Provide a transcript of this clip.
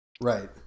Right